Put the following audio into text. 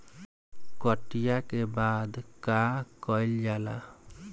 कटिया के बाद का कइल जाला?